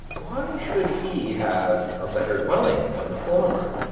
why should he have a better dwelling than the former?